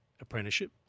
apprenticeship